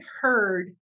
heard